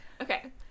Okay